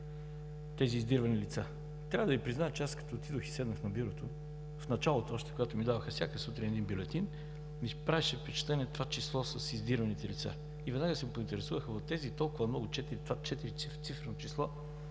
тези издирвани лица. Трябва да Ви призная, че, когато отидох и седнах на бюрото още в началото, когато ми даваха всяка сутрин един бюлетин, ми правеше впечатление числото с издирваните лица. Веднага се поинтересувах: от тези толкова много – това четирицифрено число,